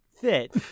Fit